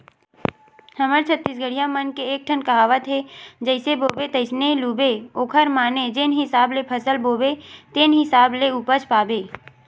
हमर छत्तीसगढ़िया मन के एकठन कहावत हे जइसे बोबे तइसने लूबे ओखर माने जेन हिसाब ले फसल बोबे तेन हिसाब ले उपज पाबे